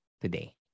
today